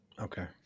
Okay